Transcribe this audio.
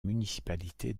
municipalité